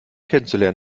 kennenzulernen